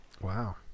Wow